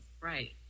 right